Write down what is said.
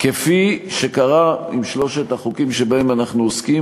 כפי שקרה עם שלושת החוקים שבהם אנחנו עוסקים,